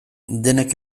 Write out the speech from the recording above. denek